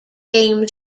game